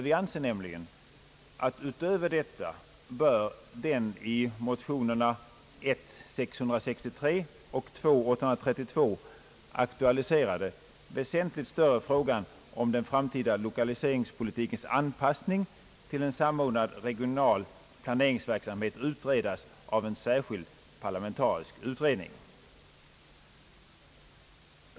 Vi anser nämligen att utöver detta bör den i motionerna I: 663 och II: 832 aktualiserade väsentligt större frågan om den framtida lokaliseringspolitikens anpassning till en samordnad regional planeringsverksamhet utredas av en särskild parlamentarisk utredning.